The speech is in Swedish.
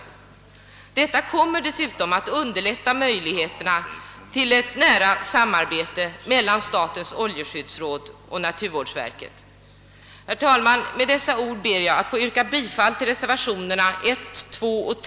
Detta kommer dessutom att öka möjligheterna till ett nära samarbete mellan statens oljeskyddsråd och naturvårdsverket. Herr talman! Med dessa ord ber jag att få yrka bifall till reservationerna 1,